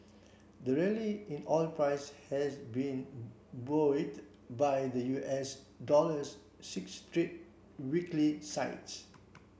the rally in oil prices has been buoyed by the U S dollar's six straight weekly slides